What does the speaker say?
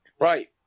right